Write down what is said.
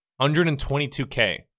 122k